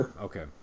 okay